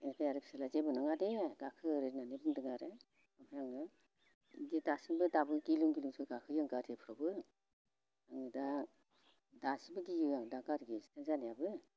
बिनिफ्राय आरो फिसाज्लाया जेबो नङा दे गाखो ओरै होननानै बुंदों आरो ओमफ्राय आङो इदि दासिमबो दाबो गिलुं गिलुंसो गाखोयो आं गारिफ्रावबो आङो दा दासिमबो गियो आं दा गारि एक्सिडेन्ट जानायाबो